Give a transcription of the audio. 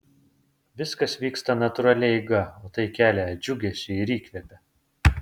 viskas vyksta natūralia eiga o tai kelia džiugesį ir įkvepia